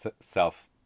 self